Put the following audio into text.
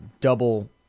double